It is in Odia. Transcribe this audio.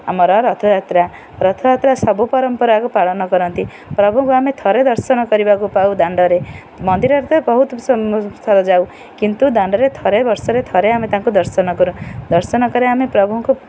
ଆମର ରଥଯାତ୍ରା ରଥଯାତ୍ରା ସବୁ ପରମ୍ପରାକୁ ପାଳନ କରନ୍ତି ପ୍ରଭୁଙ୍କୁ ଆମେ ଥରେ ଦର୍ଶନ କରିବାକୁ ପାଉ ଦାଣ୍ଡରେ ମନ୍ଦିରରେ ତ ବହୁତ ଥର ଯାଉ କିନ୍ତୁ ଦାଣ୍ଡରେ ଥରେ ବର୍ଷରେ ଥରେ ଆମେ ତାଙ୍କୁ ଦର୍ଶନ କରୁ ଦର୍ଶନ କରେ ଆମେ ପ୍ରଭୁଙ୍କୁ